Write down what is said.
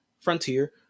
frontier